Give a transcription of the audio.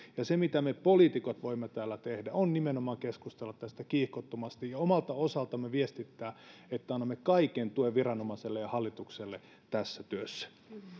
ja se mitä me poliitikot voimme täällä tehdä on nimenomaan keskustella tästä kiihkottomasti ja omalta osaltamme viestittää että annamme kaiken tuen viranomaisille ja hallitukselle tässä työssä